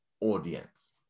audience